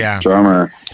drummer